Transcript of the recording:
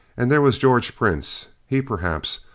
and there was george prince. he, perhaps,